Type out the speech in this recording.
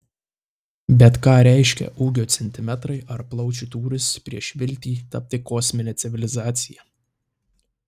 bet ką reiškia ūgio centimetrai ar plaučių tūris prieš viltį tapti kosmine civilizacija